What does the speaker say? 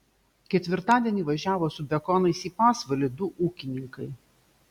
ketvirtadienį važiavo su bekonais į pasvalį du ūkininkai